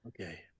Okay